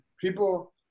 People